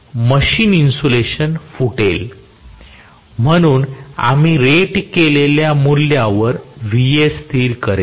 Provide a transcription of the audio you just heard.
machine insulation फुटेल म्हणून आम्ही रेट केलेल्या मूल्यावर Va स्थिर करेल